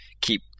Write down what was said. keep